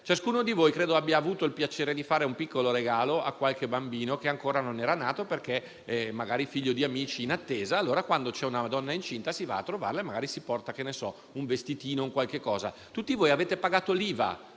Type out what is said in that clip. Ciascuno di voi credo abbia avuto il piacere di fare un piccolo regalo a qualche bambino che ancora non era nato, perché magari figlio di amici in attesa; quando c'è una donna incinta, si va a trovarla e magari si porta un vestitino o qualcos'altro. Tutti voi avete pagato l'IVA